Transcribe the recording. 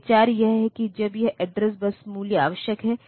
तो विचार यह है कि जब यह एड्रेस बस मूल्य आवश्यक है